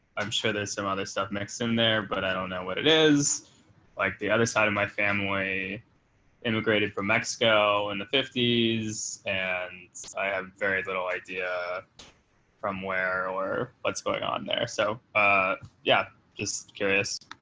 i'm sure there's some other stuff mixed in there but i don't know what it is like the other side of my family emigrated from mexico and the fifty s and i have very little idea from where or what's going on there so ah yeah just curious